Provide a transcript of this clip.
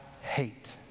hate